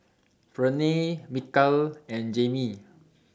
Ferne Mikal and Jaimie